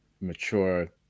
mature